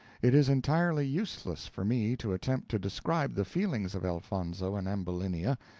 it is entirely useless for me to attempt to describe the feelings of elfonzo and ambulinia,